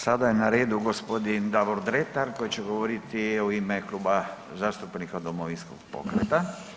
Sada je na redu gospodin Davor Dretar koji će govoriti u ime Kluba zastupnika Domovinskog pokreta.